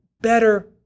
Better